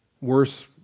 Worse